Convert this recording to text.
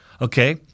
okay